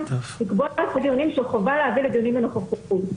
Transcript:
לקבוע סוג דיונים שחובה להביא לדיונים בנוכחות.